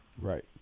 Right